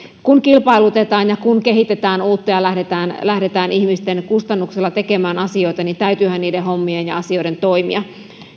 kun kilpailutetaan ja kun kehitetään uutta ja lähdetään lähdetään ihmisten kustannuksella tekemään asioita niin täytyyhän niiden hommien ja asioiden toimia